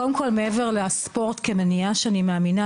קודם כל מעבר לספורט כמניעה שאני מאמינה,